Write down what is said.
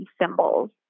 symbols